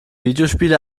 videospiele